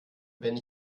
wenn